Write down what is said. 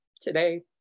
today